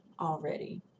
already